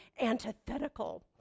antithetical